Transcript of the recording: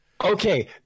Okay